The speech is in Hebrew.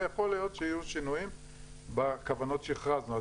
ויכול להיות שיהיו שינויים בכוונות שהכרזנו,